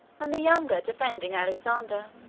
and the younger defending alexander.